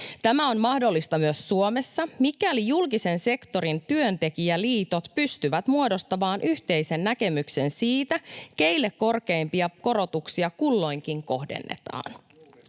Tämä on mahdollista myös Suomessa, mikäli julkisen sektorin työntekijäliitot pystyvät muodostamaan yhteisen näkemyksen siitä, keille korkeimpia korotuksia kulloinkin kohdennetaan.